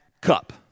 cup